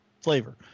flavor